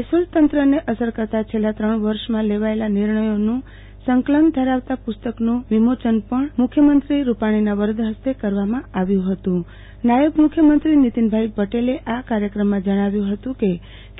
મહેસુલ તંત્રને અસર કરતા છેલ્લા ત્રણ વર્ષમાં લેવાયેલા નિર્ણયોનું સંકલન ધરાવતા પુસ્તકોનું મંગળ વિમોચમ પણ મુખ્યમંત્રી રૂપાણીના વરદ હસ્તે કરવામાં આવ્યુ હતું નાયબ મુખ્યમંત્રી નિતિનભાઈ પટેલે આ કાર્યક્રમમાં જણાવ્યુ હતુ કે